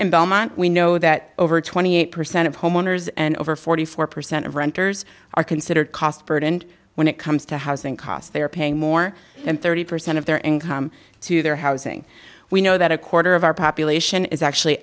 in belmont we know that over twenty eight percent of homeowners and over forty four percent of renters are considered cost burden when it comes to housing costs they are paying more and thirty percent of their income to their housing we know that a quarter of our population is actually